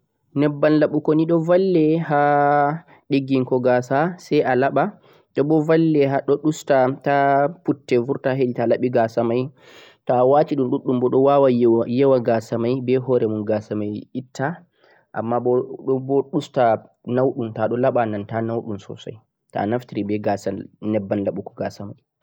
nyambam labugo ni do valle ha digginku gasa sai a laaba doh boh valle ha doh usta ta putte vurta heditaa labi gasa mai to'a wati dhumdhum boh doh wawa yewa gasa mai beh hore mu gasa mai itta amma boh do boh usta naudhum a nanata naudhum sosai to'a naftiri beh nyabbam gasa labugo mai sosai